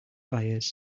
buyers